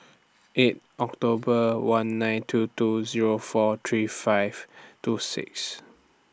eight October one nine two two Zero four three five two six